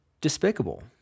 despicable